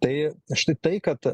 tai aš tik tai kad